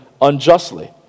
unjustly